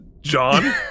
John